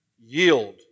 Yield